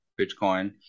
Bitcoin